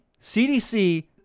CDC